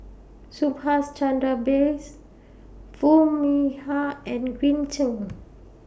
Subhas Chandra Bose Foo Mee Har and Green Zeng